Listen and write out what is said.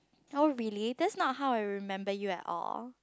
oh really that's not how I remember you at all